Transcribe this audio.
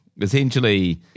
essentially